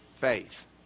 faith